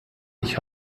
ich